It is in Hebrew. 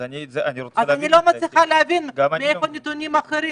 אז אני לא מצליחה להבין מאיפה הנתונים האחרים.